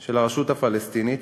של הרשות הפלסטינית,